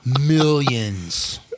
millions